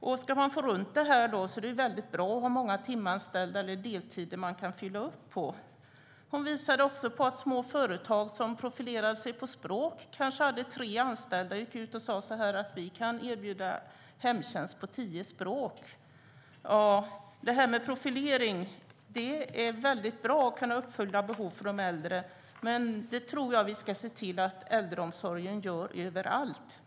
Om man ska få det att gå runt är det bra att ha många tim eller deltidsanställda att fylla upp med. Hon visade också på att små företag som profilerat sig med språk kanske hade tre anställa men gick ut och sade: Vi kan erbjuda hemtjänst på tio språk. När det gäller profilering är det väldigt bra att kunna uppfylla de äldres behov, men det tror jag att vi ska se till att äldreomsorgen gör överallt.